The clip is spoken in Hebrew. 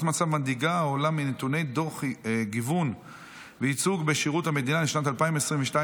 מצב מדאיגה העולה מנתוני דוח גיוון וייצוג בשירות המדינה לשנת 2022,